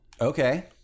okay